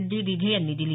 D Dighe यांनी दिली